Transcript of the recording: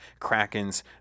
Krakens